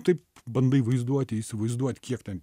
taip bandai vaizduotėj įsivaizduot kiek ten